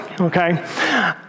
okay